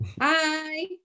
Hi